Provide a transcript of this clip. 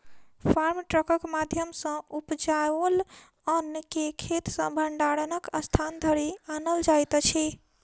farm ट्रकक माध्यम सॅ उपजाओल अन्न के खेत सॅ भंडारणक स्थान धरि आनल जाइत अछि